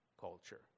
culture